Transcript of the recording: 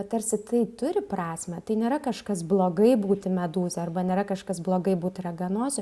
tarsi tai turi prasmę tai nėra kažkas blogai būti medūza arba nėra kažkas blogai būt raganosiu